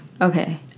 okay